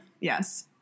yes